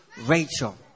Rachel